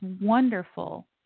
wonderful